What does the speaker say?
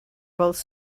both